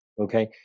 okay